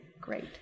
great